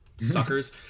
suckers